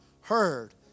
heard